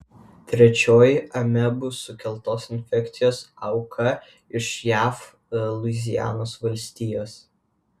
trečioji amebų sukeltos infekcijos auka iš jav luizianos valstijos